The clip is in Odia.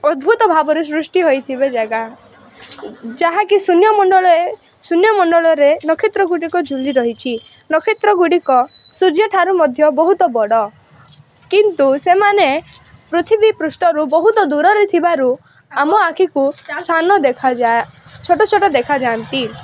ଅଦ୍ଭୁତ ଭାବରେ ସୃଷ୍ଟି ହୋଇଥିବା ଜାଗା ଯାହାକି ଶୂନ୍ୟମଣ୍ଡଳରେ ଶୂନ୍ୟମଣ୍ଡଳରେ ନକ୍ଷତ୍ର ଗୁଡ଼ିକ ଝୁଲି ରହିଛି ନକ୍ଷତ୍ର ଗୁଡ଼ିକ ସୂର୍ଯ୍ୟ ଠାରୁ ମଧ୍ୟ ବହୁତ ବଡ଼ କିନ୍ତୁ ସେମାନେ ପୃଥିବୀପୃଷ୍ଠରୁ ବହୁତ ଦୂରରେ ଥିବାରୁ ଆମ ଆଖିକୁ ସାନ ଦେଖାଯା ଛୋଟ ଛୋଟ ଦେଖାଯାଆନ୍ତି